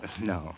No